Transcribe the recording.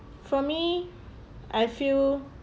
for me I feel